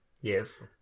Yes